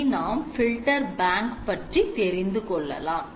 இனி நாம் filter bank பற்றி தெரிந்துகொள்ளலாம்